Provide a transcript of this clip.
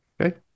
okay